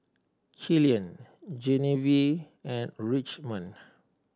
Killian Genevieve and Richmond